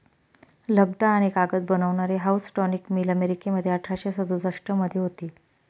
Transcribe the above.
लगदा आणि कागद बनवणारी हाऊसटॉनिक मिल अमेरिकेमध्ये अठराशे सदुसष्ट मध्ये होती